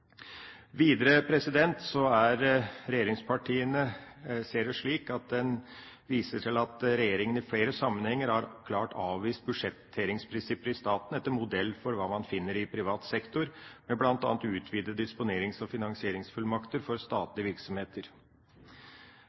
Videre viser regjeringspartiene til at regjeringen i flere sammenhenger klart har «avvist budsjetteringsprinsipper i staten etter modell fra hva man finner i privat sektor, med blant annet utvidede disponerings- og finansieringsfullmakter for statlige virksomheter.